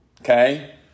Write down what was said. okay